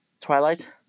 Twilight